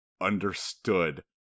understood